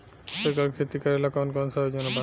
सरकार के खेती करेला कौन कौनसा योजना बा?